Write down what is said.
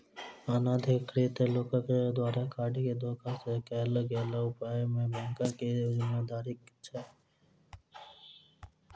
अनाधिकृत लोकक द्वारा कार्ड केँ धोखा सँ कैल गेल उपयोग मे बैंकक की जिम्मेवारी छैक?